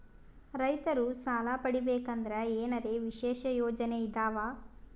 ರೈತರು ಸಾಲ ಪಡಿಬೇಕಂದರ ಏನರ ವಿಶೇಷ ಯೋಜನೆ ಇದಾವ?